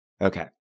Okay